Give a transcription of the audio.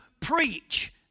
preach